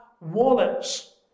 wallets